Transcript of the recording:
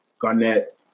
Garnett